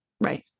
Right